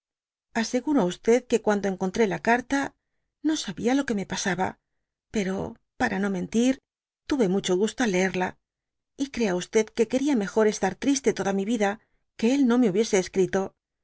aseguro á que cuando encontré la'cartano sabia lo que me pasaba pero para no mentir tuve mucho gusto al leerla y crea que quería mejor estar triste toda mi vida que é no me hubiese perito